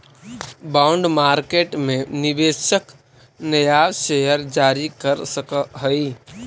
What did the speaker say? bond market में निवेशक नया शेयर जारी कर सकऽ हई